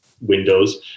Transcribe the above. windows